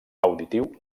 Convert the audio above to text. auditiu